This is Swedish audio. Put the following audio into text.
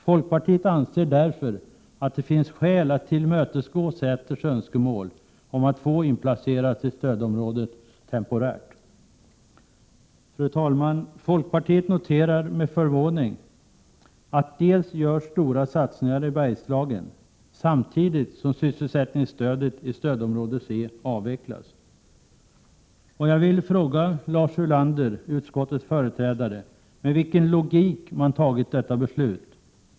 Folkpartiet anser därför att det finns skäl att tillmötesgå Säters önskemål om att få inplaceras i stödområde temporärt. Fru talman! Folkpartiet noterar med förvåning att det görs stora satsningar i Bergslagen samtidigt som sysselsättningsstödet i stödområde C avvecklas. Jag vill fråga Lars Ulander, utskottets företrädare, med vilken logik man tagit detta beslut.